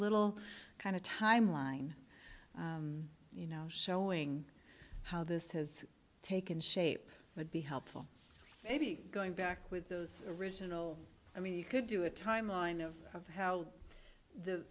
little kind of timeline you know showing how this has taken shape would be helpful maybe going back with those original i mean you could do a timeline of how the